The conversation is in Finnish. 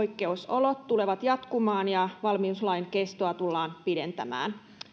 että poikkeusolot tulevat jatkumaan ja valmiuslain kestoa tullaan pidentämään